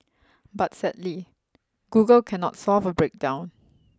but sadly Google cannot solve a breakdown